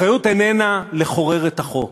אחריות איננה לחורר את החוק.